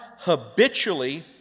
Habitually